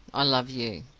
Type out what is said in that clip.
i love you.